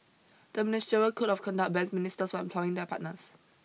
the ministerial code of conduct bans ministers from employing their partners